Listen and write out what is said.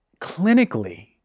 clinically